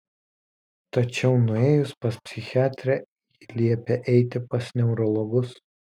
tačiau nuėjus pas psichiatrę ji liepė eiti pas neurologus